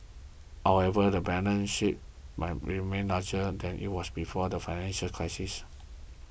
however the balance sheet might remain larger than it was before the financial crisis